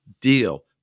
deal